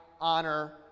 honor